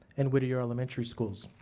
and whittier elementary schools.